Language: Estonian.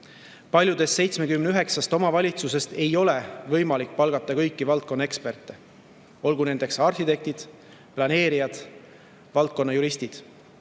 Paljudes 79 omavalitsusest ei ole võimalik palgata kõiki valdkonnaeksperte, olgu nendeks arhitektid, planeerijad, valdkonna juristid.